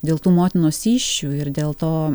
dėl tų motinos įsčių ir dėl to